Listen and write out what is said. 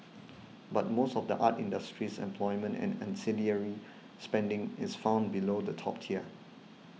but most of the art industry's employment and ancillary spending is found below the top tier